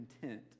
content